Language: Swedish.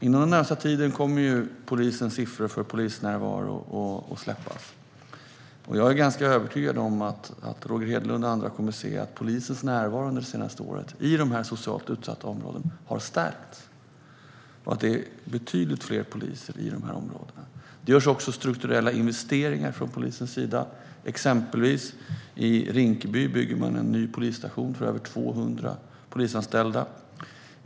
Inom den närmaste tiden kommer polisens siffror för polisnärvaro att släppas. Jag är ganska övertygad om att Roger Hedlund och andra kommer att se att polisens närvaro i dessa socialt utsatta områden har ökat under det senaste året. Det finns betydligt fler poliser där. Polisen gör också strukturella investeringar. Exempelvis byggs i Rinkeby en ny polisstation för över 200 polisanställda.